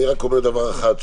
אני רק אומר דבר אחד,